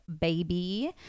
baby